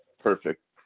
perfect.